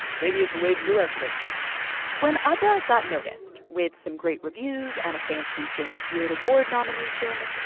maybe it's way too ethnic when adda got noticed with some great reviews and a fancy james beard award nomination,